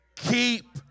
Keep